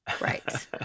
Right